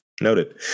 noted